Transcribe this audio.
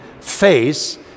face